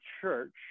church